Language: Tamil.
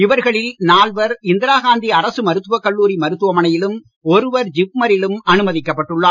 இவர்களில் நால்வர் இந்திரா காந்தி அரசு மருத்துவக் கல்லூரி மருத்துவமனையிலும் ஒருவர் ஜிப்ம ரிலும் அனுமதிக்கப் பட்டுள்ளனர்